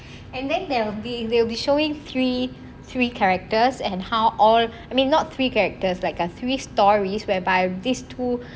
and then there will be they'll be showing three three characters and how all I mean not three characters like a three stories whereby these two